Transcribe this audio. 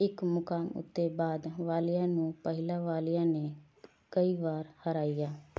ਇੱਕ ਮੁਕਾਮ ਉੱਤੇ ਬਾਅਦ ਵਾਲਿਆਂ ਨੂੰ ਪਹਿਲਾਂ ਵਾਲਿਆਂ ਨੇ ਕਈ ਵਾਰ ਹਰਾਇਆ